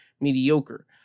mediocre